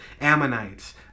Ammonites